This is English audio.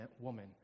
woman